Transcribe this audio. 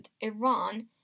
Iran